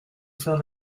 faire